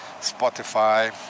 Spotify